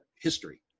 history